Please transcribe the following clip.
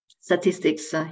statistics